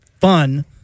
fun